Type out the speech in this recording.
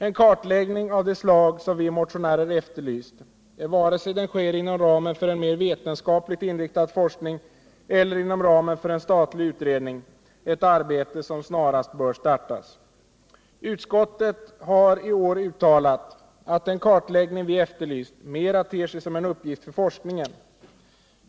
En kartläggning av det slag som vi efterlyst är, oavsett om den sker inom ramen för en mer vetenskapligt inriktad forskning eller inom ramen för en statlig utredning, ett arbete som snarast bör startas. Utskottet har i år uttalat att den kartläggning vi har efterlyst mera ter sig som en uppgift för forskningen.